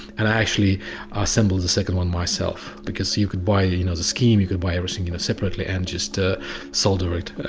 and i actually assembled the second one myself. because you you could buy you know the scheme, you could buy everything, you know separately. and just ah solder it.